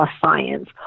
science